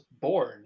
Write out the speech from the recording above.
born